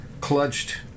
clutched